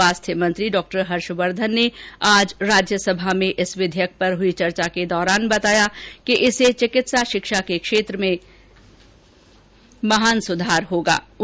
स्वास्थ्य मंत्री डॉक्टर हर्षवर्धन ने आज राज्यसभा में इस विधेयक पर हुई चर्चा के दौरान बताया कि इसे चिकित्सा शिक्षा के क्षेत्र में महान सुधार बताया